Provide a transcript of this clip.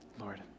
Lord